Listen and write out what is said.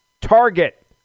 Target